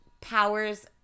powers